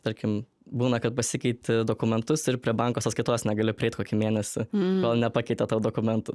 tarkim būna kad pasikeiti dokumentus ir prie banko sąskaitos negali prieit kokį mėnesį kol nepakeitė tau dokumentų